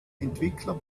entwickler